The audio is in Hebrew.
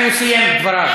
תנו לו לסיים את דבריו.